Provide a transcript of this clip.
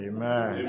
Amen